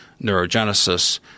neurogenesis